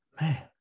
man